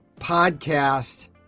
podcast